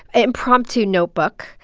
impromptu notebook.